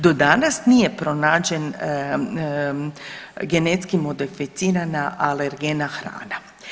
Do danas nije pronađen genetski modificirana alergena hrana.